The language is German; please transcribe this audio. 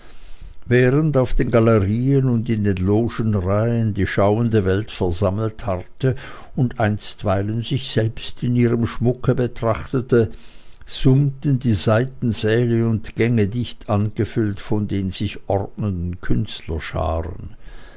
während auf den galerien und in den logen reihen die schauende welt versammelt harrte und einstweilen sich selbst in ihrem schmucke betrachtete summten die seitensäle und gänge dicht angefüllt von den sich ordnenden